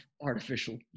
artificial